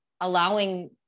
allowing